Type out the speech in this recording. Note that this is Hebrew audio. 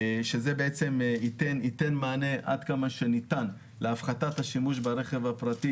שזה ייתן מענה עד כמה שניתן להפחתת השימוש ברכב הפרטי